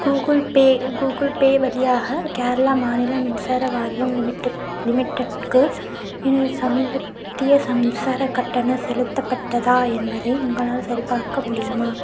Google Pay Google Pay வழியாக கேரளா மாநிலம் மின்சார வாரியம் லிமிட் லிமிடெட்க்கு எனது சமீபத்திய ச மின்சாரக் கட்டணம் செலுத்தப்பட்டதா என்பதை உங்களால் சரிபார்க்க முடியுமா